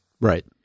Right